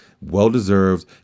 Well-deserved